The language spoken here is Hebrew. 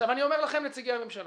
אני אומר לכם, נציגי הממשלה,